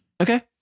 Okay